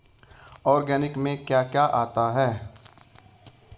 Organic में क्या क्या आता है?